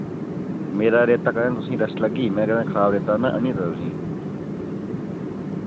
मेरा रेता कदें तुसेंगी डस्ट लग्गी मेरा रेता खराब रेता में आह्नी दित्ता तुसेंगी